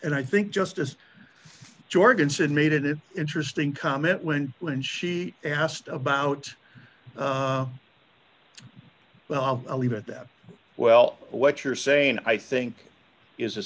and i think just as jorgensen made it interesting comment when when she asked about well i'll leave it that well what you're saying i think is a